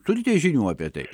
turite žinių apie tai